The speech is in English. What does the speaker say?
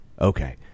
Okay